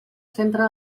centre